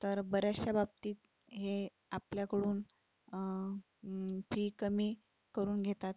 तर बऱ्याचशा बाबतीत हे आपल्याकडून फी कमी करून घेतात